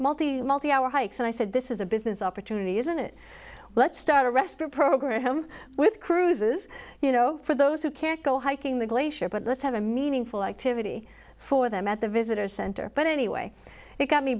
multi multi hour hikes and i said this is a business opportunity isn't it let's start a respite program with cruises you know for those who can't go hiking the glacier but let's have a meaningful activity for them at the visitor center but anyway it got me